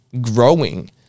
growing